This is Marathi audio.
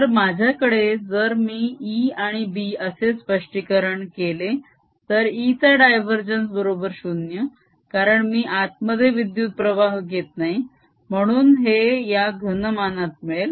तर माझ्याकडे जर मी E आणि B असे स्पष्टीकरण केले तर E चा डायवरजेन्स बरोबर 0 कारण मी आतमध्ये विद्युत्प्रवाह घेत नाही म्हणू हे या घनमानात मिळेल